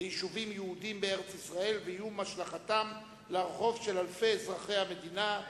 ליישובים יהודיים בארץ-ישראל ואיום השלכתם לרחוב של אלפי אזרחי המדינה.